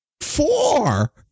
Four